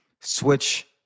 switch